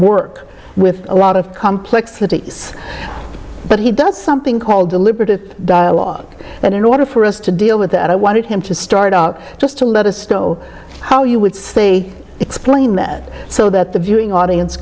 work with a lot of complexities but he does something called deliberative dialogue and in order for us to deal with that i wanted him to start out just to let us know how you would say explain that so that the viewing audience